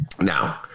now